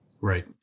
Right